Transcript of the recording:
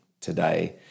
today